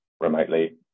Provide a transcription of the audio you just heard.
remotely